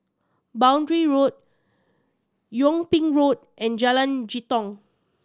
Boundary Road Yung Ping Road and Jalan Jitong